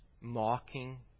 Mocking